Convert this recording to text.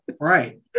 Right